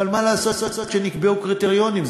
אבל מה לעשות שנקבעו קריטריונים?